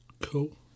Cool